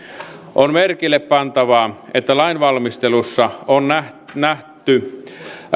on merkille pantavaa että lainvalmistelussa on nähty nähty